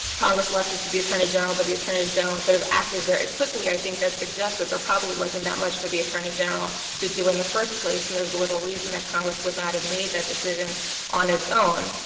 congress left it to the attorney general, but the attorney general sort of acted very quickly, i think that suggests that there probably wasn't that much for the attorney general to do in the first place, and there is little reason that congress would not have made that decision on its own.